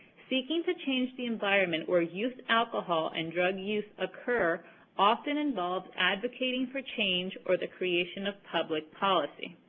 seeking to change the environment where youth alcohol and drug use occur often involve advocating for change or the creation of public policy.